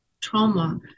trauma